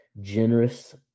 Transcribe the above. generous